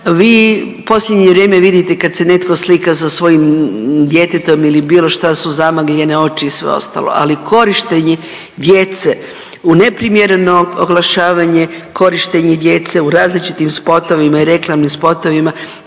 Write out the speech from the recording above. Vi u posljednje vrijeme vidite kad se netko slika sa svojim djetetom ili bilo šta su zamagljene oči i sve ostalo, ali korištenje djece u neprimjereno oglašavanje, korištenje djece u različitim spotovima i reklamnim spotovima